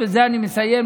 ובזה אני מסיים,